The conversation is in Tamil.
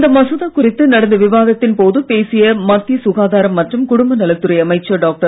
இந்த மசோதா குறித்து நடந்த விவாதத்தின் போது பேசிய மத்திய சுகாதாரம் மற்றும் குடும்பநலத் துறை அமைச்சர் டாக்டர்